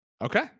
Okay